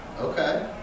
Okay